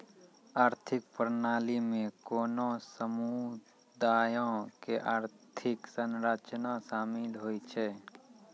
आर्थिक प्रणाली मे कोनो समुदायो के आर्थिक संरचना शामिल होय छै